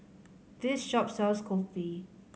this shop sells Kopi